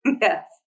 Yes